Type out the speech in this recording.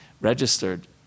registered